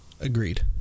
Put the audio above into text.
Agreed